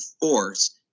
force